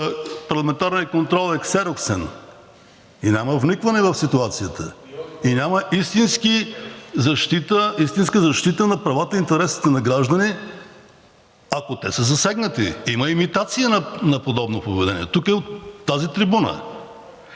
парламентарният контрол е ксероксен и няма вникване в ситуацията. Няма истинска защита на правата и интересите на гражданите, ако те са засегнати, има имитация на подобно поведение тук от тази трибуна,